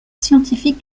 scientifique